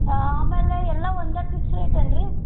ಹಾಂ ಆಮೇಲೆ ಎಲ್ಲ ಒಂದೇ ಫಿಕ್ಸ್ ರೇಟೇನು ರೀ